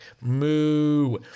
moo